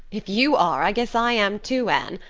if you are i guess i am too, anne,